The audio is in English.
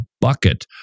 bucket